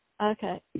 Okay